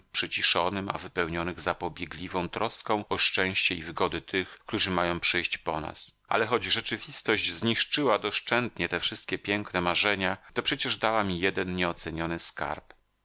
prowadzonych głosem przyciszonym a wypełnionych zapobiegliwą troską o szczęście i wygody tych którzy mają przyjść po nas ale choć rzeczywistość zniszczyła doszczętnie te wszystkie piękne marzenia to przecież dała mi jeden nieoceniony skarb